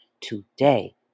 Today